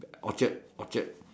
Orchard